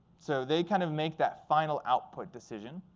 so they kind of make that final output decision.